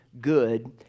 good